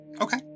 Okay